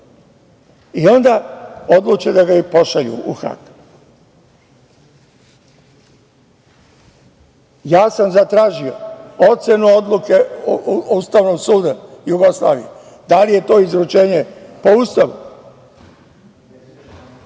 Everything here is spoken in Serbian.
Onda, odluče da ga pošalju u Hag. Ja sam zatražio ocenu odluke Ustavnog suda Jugoslavije, da li je to izručenje po Ustavu.